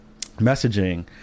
messaging